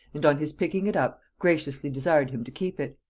and on his picking it up, graciously desired him to keep it.